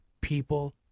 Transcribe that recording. people